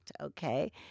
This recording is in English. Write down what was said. okay